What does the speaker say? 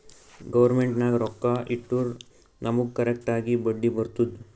government ನಾಗ್ ರೊಕ್ಕಾ ಇಟ್ಟುರ್ ನಮುಗ್ ಕರೆಕ್ಟ್ ಆಗಿ ಬಡ್ಡಿ ಬರ್ತುದ್